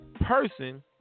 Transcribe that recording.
person